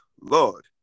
Lord